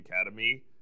Academy